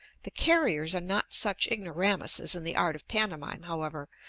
the carriers are not such ignoramuses in the art of pantomime, however,